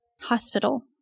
hospital